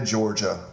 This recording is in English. Georgia